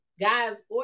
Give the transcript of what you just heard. guys